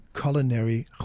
culinary